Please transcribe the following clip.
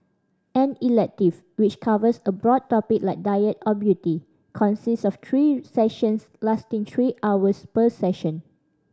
an elective which covers a broad topic like diet or beauty consists of three sessions lasting three hours per session